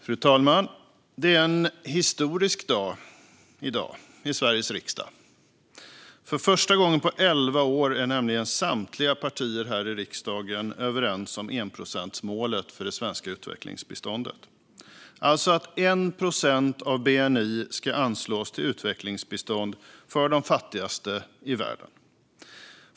Fru talman! Det är en historisk dag i Sveriges riksdag. För första gången på elva år är samtliga partier här i riksdagen överens om enprocentsmålet för det svenska utvecklingsbiståndet, alltså att 1 procent av bni ska anslås till utvecklingsbistånd för de fattigaste i världen.